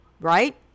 right